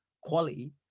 quality